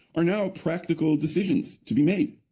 are now practical decisions to be made.